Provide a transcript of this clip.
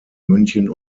münchen